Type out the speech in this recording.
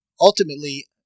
ultimately